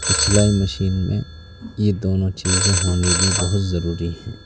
تو سلائی مشین میں یہ دونوں چیزیں ہونی بھی بہت ضروری ہیں